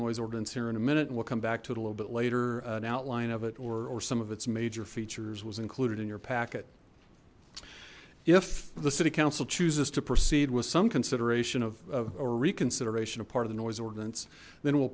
noise ordinance here in a minute and we'll come back to it a little bit later an outline of it or some of its major features was included in your packet if the city council chooses to proceed with some consideration of or reconsideration a part of the noise ordinance then we'll